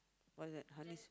what's that honey~